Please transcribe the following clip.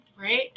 right